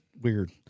weird